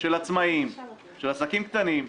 של עצמאיים, של עסקים קטנים,